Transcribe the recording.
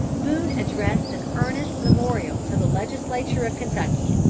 boone addressed an earnest memorial to the legislature of kentucky.